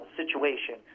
situation